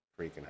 freaking